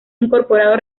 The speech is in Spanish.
incorporado